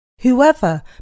Whoever